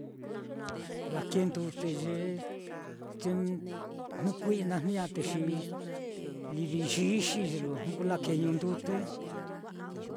Lakee ndute ye jnu kui'i naá, xi nala yixi jnu kuu lakeñu ndute naá